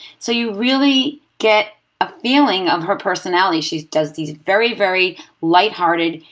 so you really get a feeling of her personality. she does these very, very light-hearted,